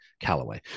Callaway